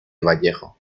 vallejo